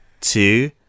two